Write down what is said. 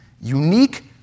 unique